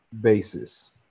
basis